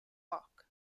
bok